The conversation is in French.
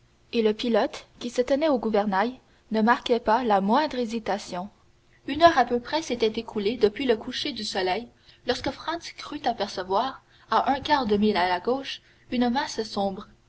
et le pilote qui se tenait au gouvernail ne marquait pas la moindre hésitation une heure à peu près s'était écoulée depuis le coucher du soleil lorsque franz crut apercevoir à un quart de mille à la gauche une masse sombre